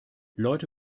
leute